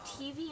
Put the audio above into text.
TV